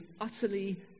utterly